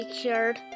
cured